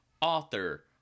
author